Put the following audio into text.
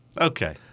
Okay